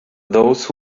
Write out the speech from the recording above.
those